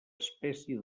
espècie